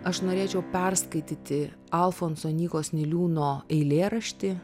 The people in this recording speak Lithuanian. aš norėčiau perskaityti alfonso nykos niliūno eilėraštį